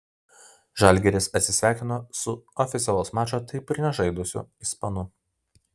žalgiris atsisveikino su oficialaus mačo taip ir nesužaidusiu ispanu